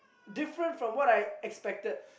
different from what I expected